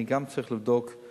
אני גם צריך לבדוק,